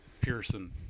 Pearson